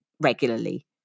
regularly